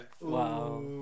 Wow